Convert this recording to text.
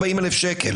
40,0000 שקל